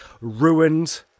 Ruined